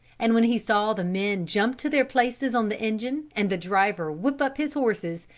and when he saw the men jump to their places on the engine and the driver whip up his horses,